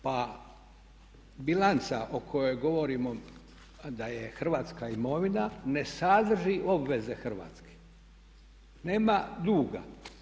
Pa bilanca o kojoj govorimo a da je Hrvatska imovina ne sadrži obveze Hrvatske, nema duga.